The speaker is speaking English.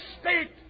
state